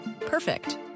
Perfect